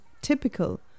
typical